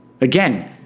Again